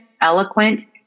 eloquent